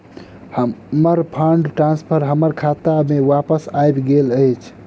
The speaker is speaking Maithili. हमर फंड ट्रांसफर हमर खाता मे बापस आबि गइल अछि